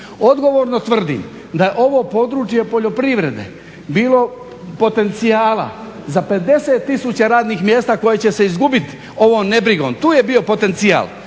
Odgovorno tvrdim da je u ovom područje poljoprivrede bilo potencijala za 50 tisuća radnih mjesta koja će se izgubit ovom nebrigom, tu je bio potencijal